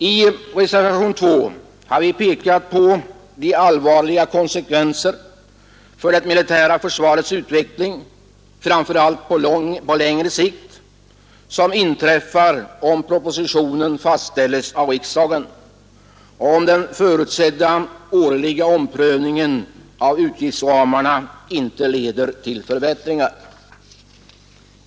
I reservationen 2 har vi pekat på de allvarliga konsekvenser för det militära försvarets utveckling, framför allt på längre sikt, som inträffar om propositionens förslag fastställes av riksdagen och om den förutsedda årliga omprövningen av utgiftsramarna inte leder till förbättringar.